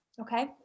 Okay